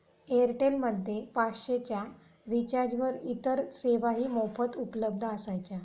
Airtel मध्ये पाचशे च्या रिचार्जवर इतर सेवाही मोफत उपलब्ध असायच्या